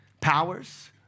powers